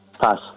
Pass